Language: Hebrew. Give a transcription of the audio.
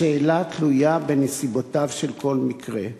השאלה תלויה בנסיבותיו של כל מקרה.